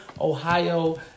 Ohio